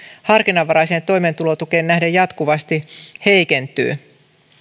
harkinnanvaraiseen toimeentulotukeen nähden jatkuvasti heikentyy